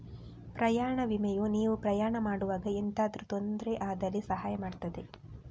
ಪ್ರಯಾಣ ವಿಮೆಯು ನೀವು ಪ್ರಯಾಣ ಮಾಡುವಾಗ ಎಂತಾದ್ರೂ ತೊಂದ್ರೆ ಆದಲ್ಲಿ ಸಹಾಯ ಮಾಡ್ತದೆ